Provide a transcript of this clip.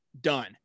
done